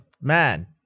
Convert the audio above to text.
man